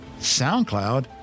SoundCloud